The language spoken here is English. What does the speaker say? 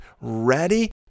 ready